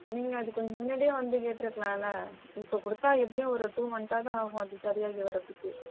நீங்கள் அதுக்கு கொஞ்சம் முன்னாடியே வந்து கேட்டுருக்கலாம்ல இப்போ கொடுத்தா எப்படியும் ஒரு டூ மன்த்தாவது ஆகும் அது சரியாகி வர்றதுக்கு